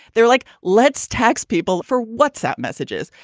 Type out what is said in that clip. they're like, let's tax people for whatsapp messages.